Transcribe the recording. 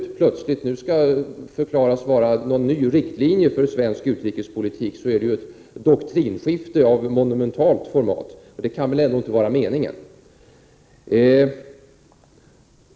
Om det nu plötsligt skall förklaras vara en ny riktlinje för svensk utrikespolitik, är det ett doktrinskifte av monumentalt format, vilket väl ändå inte kan vara meningen.